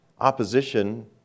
opposition